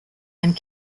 and